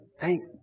Thank